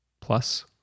plus